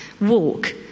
walk